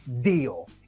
deal